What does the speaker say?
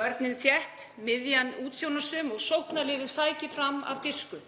Vörnin er þétt, miðjan útsjónarsöm og sóknarleiðin sækir fram af dirfsku.